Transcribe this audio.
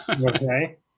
Okay